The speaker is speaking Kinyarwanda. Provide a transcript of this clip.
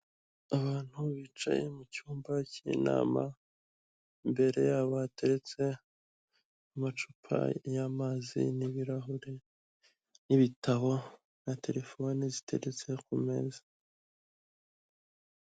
Abantu bicaye mu cyumba cy'inama imbere yabo hateretse amacupa y'amazi n'ibirahure n'ibitabo na terefone ziteretse ku meza.